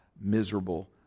miserable